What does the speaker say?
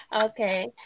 Okay